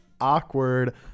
Awkward